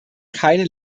keine